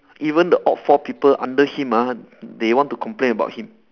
even the all four people under him ah they want to complain about him